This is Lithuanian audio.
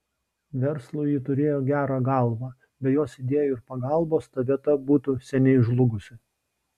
verslui ji turėjo gerą galvą be jos idėjų ir pagalbos ta vieta būtų seniai žlugusi